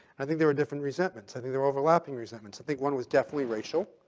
i think there are different resentments. i think there are overlapping resentments. i think one was definitely racial.